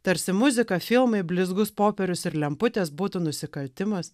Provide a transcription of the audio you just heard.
tarsi muzika filmai blizgus popierius ir lemputės būtų nusikaltimas